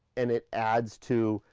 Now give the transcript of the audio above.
and it adds to,